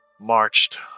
marched